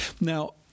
now